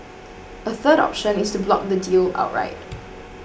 a third option is to block the deal outright